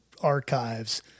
archives